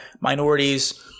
minorities